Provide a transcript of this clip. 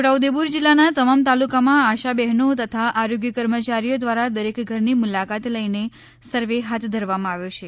છોટાઉદેપુર જીલ્લાગના તમામ તાલુકામાં આશા બહેનો તથા આરોગ્યી કર્મચારીઓ ધ્વા રા દરેક ઘરની મુલાકાત લઇને સર્વે હાથ ધરવામાં આવ્યો છે